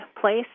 place